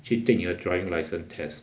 去 take 你的 driving license test